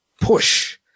push